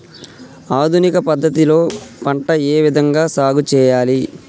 ఆధునిక పద్ధతి లో పంట ఏ విధంగా సాగు చేయాలి?